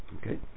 Okay